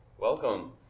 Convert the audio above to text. Welcome